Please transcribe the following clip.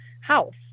house